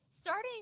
starting